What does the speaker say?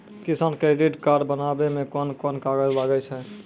किसान credit card बनाबै मे कोन कोन कागज लागै छै?